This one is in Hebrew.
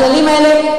הכללים האלה,